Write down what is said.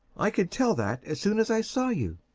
i could tell that as soon as i saw you!